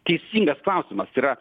teisingas klausimas yra